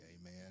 amen